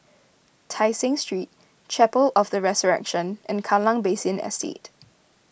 Tai Seng Street Chapel of the Resurrection and Kallang Basin Estate